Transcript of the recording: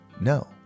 No